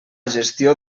gestió